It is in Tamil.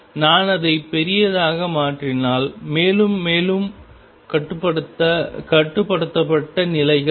நான் அதை பெரிதாக மாற்றினால் மேலும் மேலும் கட்டுப்படுத்தப்பட்ட நிலைகள் வரும்